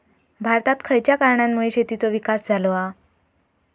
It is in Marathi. भारतात खयच्या कारणांमुळे शेतीचो विकास झालो हा?